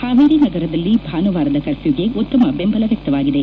ಹಾವೇರಿ ನಗರದಲ್ಲಿ ಭಾನುವಾರದ ಕಪ್ರೂಗೆ ಉತ್ತಮ ಬೆಂಬಲ ವ್ಯಕ್ತವಾಗಿದೆ